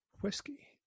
whiskey